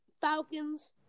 Falcons